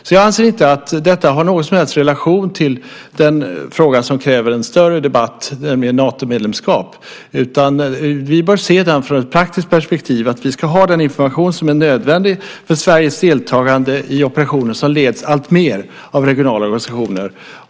Jag anser därför inte att detta har någon som helst relation till den fråga som kräver en större debatt, nämligen Natomedlemskapet, utan vi bör se den från ett praktiskt perspektiv, alltså att vi ska ha den information som är nödvändig för Sveriges deltagande i operationer som alltmer leds av regionala organisationer.